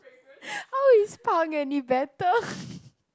how is pang any better